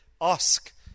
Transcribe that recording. Ask